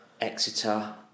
Exeter